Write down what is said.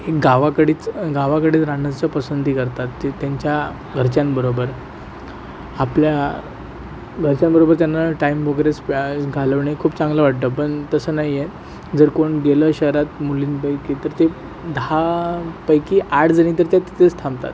हे गावाकडेच गावाकडेच राहण्याचं पसंती करतात ते त्यांच्या घरच्यांबरोबर आपल्या घरच्यांबरोबर त्यांना टाइम वगैरे स्पे घालवणे खूप चांगलं वाटतं पण तसं नाही आहे जर कोण गेलं शहरात मुलींपैकी तर ते दहापैकी आठजणी तर त्या तिथेच थांबतात